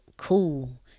cool